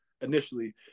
initially